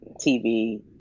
TV